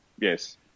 Yes